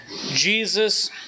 Jesus